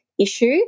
issue